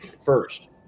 first